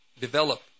develop